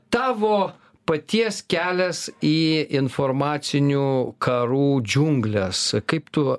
tavo paties kelias į informacinių karų džiungles kaip tu